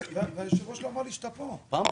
ברובם,